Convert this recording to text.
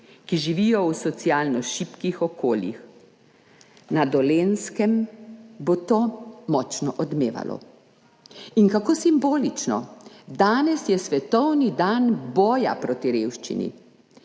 ki živijo v socialno šibkih okoljih. Na Dolenjskem bo to močno odmevalo. In kako simbolično, danes je svetovni dan boja proti revščini